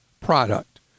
product